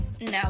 no